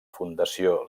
fundació